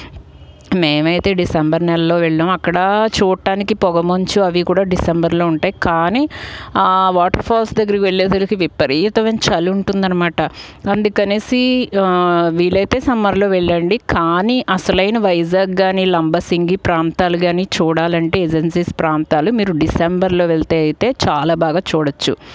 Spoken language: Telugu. మేమైతే డిసెంబర్ నెలలో వెళ్ళాం అక్కడ చూడటానికి పొగ మంచు అవి కూడా డిసెంబర్లో ఉంటాయి కానీ ఆ వాటర్ఫాల్స్ దగ్గర వెళ్లేసరికి విపరీతమైన చలి ఉంటుంది అన్నమాట అందుకనేసి వీలైతే సమ్మర్లో వెళ్లండి కానీ అసలైన వైజాగ్ కాని లంబసింగి ప్రాంతాలు కాని చూడాలంటే ఏజెన్సీస్ ప్రాంతాలు మీరు డిసెంబర్లో వెళ్తే అయితే చాలా బాగా చూడవచ్చు